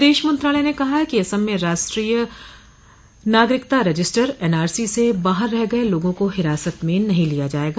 विदेश मंत्रालय ने कहा है कि असम में राष्ट्रीय नागरिकता रजिस्टर एनआरसी से बाहर रह गये लोगों को हिरासत में नहीं लिया जायेगा